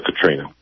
Katrina